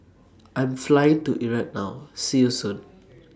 I'm Flying to Iraq now See YOU Soon